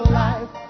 life